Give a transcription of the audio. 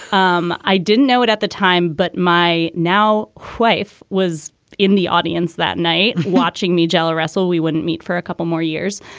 um i didn't know it at the time, but my now wife was in the audience that night watching me jello wrestle. we wouldn't meet for a couple more years.